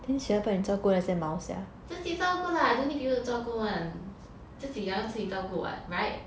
自己照顾啦 I don't need people to 照顾 [one] 自己养要自己照顾 [what]